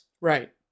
Right